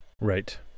Right